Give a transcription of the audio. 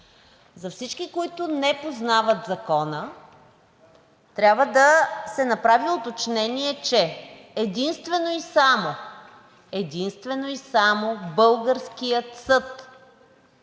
За всички, които не познават Закона, трябва да се направи уточнение, че единствено и само, единствено